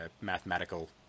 mathematical